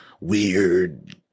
weird